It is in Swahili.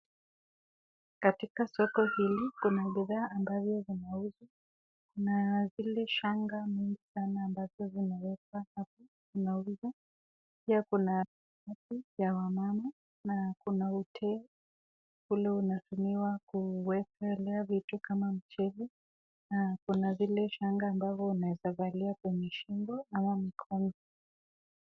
Katika soko hili kuna bidhaa zinazouzwa, kuna zile shanga zinauzwa, pia kuna za wamama. Kuna hoteli ule u atumiwa kuweka vitu kama mchele na kuna ule wa shanga kuekelea kwenye shingo ama mkono.